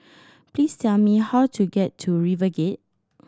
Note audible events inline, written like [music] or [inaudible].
[noise] please tell me how to get to RiverGate